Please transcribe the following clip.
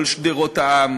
כל שדרות העם